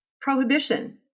Prohibition